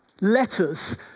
letters